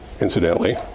Incidentally